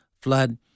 flood